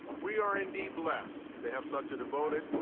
we are indeed blessed to have such a devoted,